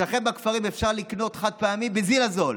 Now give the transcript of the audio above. אצלכם בכפרים אפשר לקנות חד-פעמי בזיל הזול.